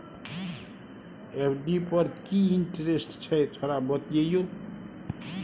FD पर की interest छय थोरा बतईयो?